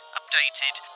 updated